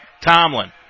Tomlin